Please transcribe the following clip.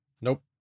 Nope